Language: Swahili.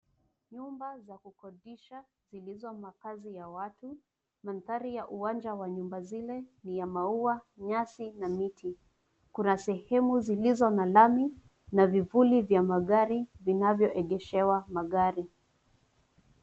Nyumba za kukodisha zilizomakazi ya watu. Manthari ya uwanja wa nyumba zile ni ya maua, nyasi na miti. Kuna sehemu zilizo na lami na vivuli vya magari vinavyoegeshewa magari.